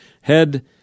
Head